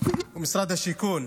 הוא משרד השיכון.